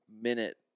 minute